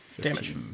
damage